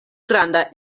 granda